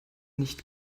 nicht